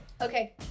Okay